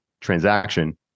transaction